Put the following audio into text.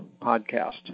podcast